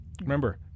Remember